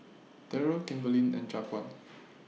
Daryl Kimberlie and Jaquan